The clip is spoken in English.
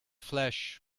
flesh